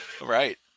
Right